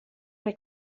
rhoi